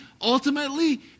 ultimately